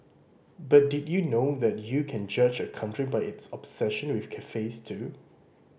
but did you know that you can judge a country by its obsession with cafes too